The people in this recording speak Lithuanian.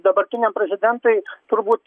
dabartiniam prezidentui turbūt